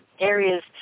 areas